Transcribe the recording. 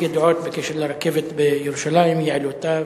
יש חילוקי דעות בקשר לרכבת בירושלים ויעילותה,